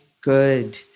good